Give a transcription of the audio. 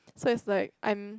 so it's like I'm